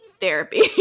therapy